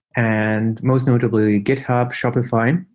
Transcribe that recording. and most notably, github, shopify,